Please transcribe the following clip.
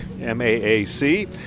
m-a-a-c